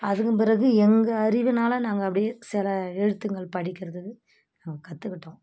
அதுக்கும் பிறகு எங்கள் அறிவினால் நாங்கள் அப்படியே சில எழுத்துங்கள் படிக்கின்றதுக்கு நாங்கள் கற்றுக்கிட்டோம்